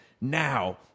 now